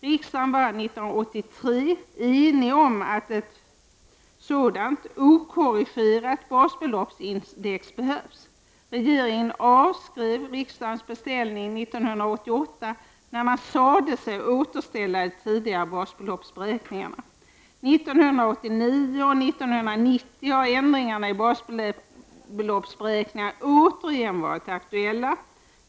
Riksdagen var 1983 enig om att ett sådant okorrigerat basbeloppsindex behövs. Regeringen avskrev riksdagens beställning 1988 när den sade sig återställa de tidigare basbeloppsberäkningarna. 1989 och 1990 har ändringar i basbeloppsberäkningarna återigen varit aktuella.